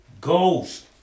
ghost